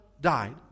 died